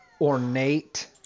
ornate